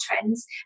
trends